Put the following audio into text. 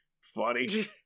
funny